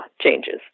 changes